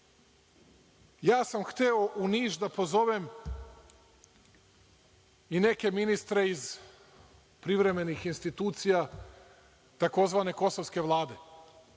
sam hteo u Niš da pozovem i neke ministre iz privremenih institucija, tzv. kosovske vlade